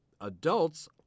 adults